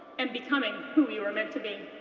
and becoming who you were meant to be.